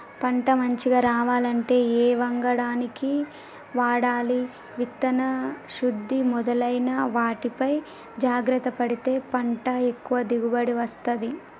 పంట మంచిగ రావాలంటే ఏ వంగడాలను వాడాలి విత్తన శుద్ధి మొదలైన వాటిపై జాగ్రత్త పడితే పంట ఎక్కువ దిగుబడి వస్తది